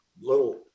little